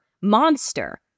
monster